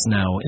now